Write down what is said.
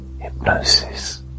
Hypnosis